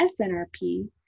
SNRP